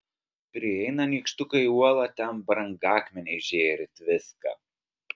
prieina nykštukai uolą ten brangakmeniai žėri tviska